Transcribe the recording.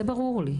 זה ברור לי.